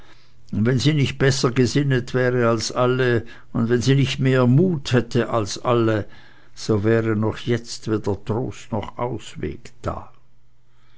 und wenn sie nicht besser gesinnet wäre als alle und wenn sie nicht mehr mut als alle hätte so wäre noch jetzt weder trost noch ausweg da